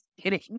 kidding